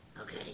Okay